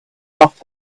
off